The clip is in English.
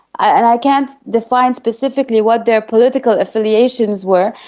and i can't define specifically what their political affiliations were,